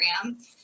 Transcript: program